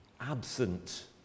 absent